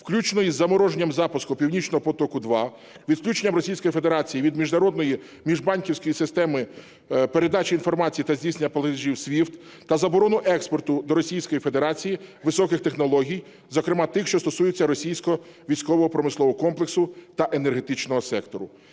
включно із замороженням запуску "Північного потоку-2", відключенням Російської Федерації від міжнародної міжбанківської системи передачі інформації та здійснення платежів SWIFT та заборону експорту до Російської Федерації високих технологій, зокрема тих, що стосуються російського військово-промислового комплексу та енергетичного сектору.